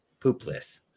poopless